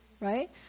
right